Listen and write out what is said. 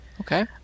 okay